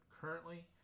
currently